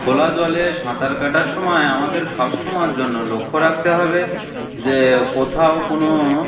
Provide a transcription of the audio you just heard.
খোলা জলে সাঁতার কাটার সময় আমাদের সব সময়ের জন্য লক্ষ্য রাখতে হবে যে কোথাও কোনো